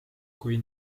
kui